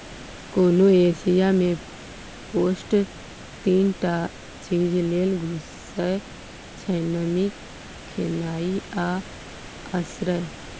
कोनो एरिया मे पेस्ट तीन टा चीज लेल घुसय छै नमी, खेनाइ आ आश्रय